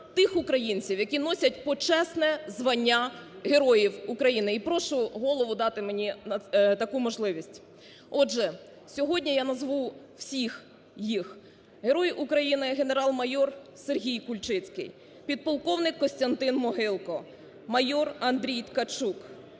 тих українців, які носять почесне звання "Героя України". І прошу Голову дати мені таку можливість. Отже, сьогодні я назву всіх їх. Герої України: генерал-майор Сергій Кульчицький, підполковник Костянтин Могилко, майор Андрій Ткачук,